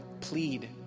plead